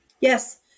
Yes